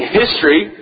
history